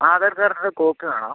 ആധാർ കാർഡിൻ്റെ കോപ്പി വേണം